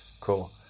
Cool